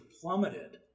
plummeted